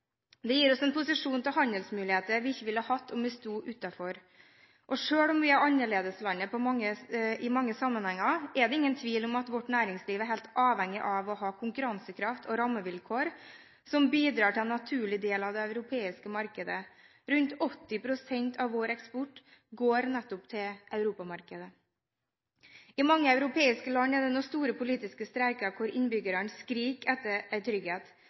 det indre markedet. Den gir oss en posisjon og handelsmuligheter vi ikke ville hatt om vi sto utenfor. Selv om vi er annerledeslandet i mange sammenhenger, er det ingen tvil om at vårt næringsliv er helt avhengig av å ha konkurransekraft og rammevilkår som bidrar til en naturlig del av det europeiske markedet. Rundt 80 pst. av vår eksport går nettopp til europamarkedet. I mange europeiske land er det nå store politiske streiker, hvor innbyggerne skriker etter trygghet.